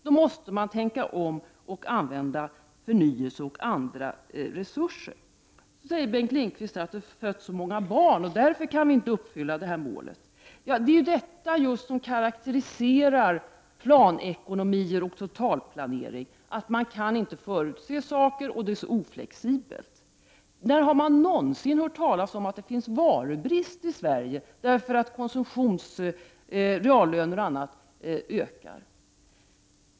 Då måste man tänka om och använda förnyelse och andra resurser. Vidare säger Bengt Lindqvist att det har fötts så många barn och att det är därför som vi inte kan uppfylla målet. Det är just detta som karakteriserar planekonomier och totalplanering, dvs. att man inte kan förutse saker och att det är så oflexibelt. När har man någonsin hört talas om att det är varubrist i Sverige därför att reallöner och annat ökar?